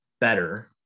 better